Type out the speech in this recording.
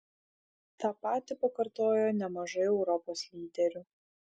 tą patį pakartojo nemažai europos lyderių